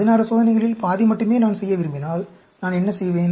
16 சோதனைகளில் பாதி மட்டுமே நான் செய்ய விரும்பினால் நான் என்ன செய்வேன்